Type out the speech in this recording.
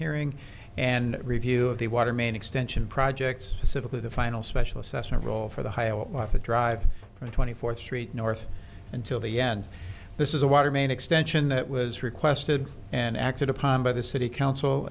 hearing and review of the water main extension projects pacifically the final special assessment role for the hiawatha drive from twenty fourth street north until the end this is a water main extension that was requested and acted upon by the city council